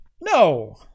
no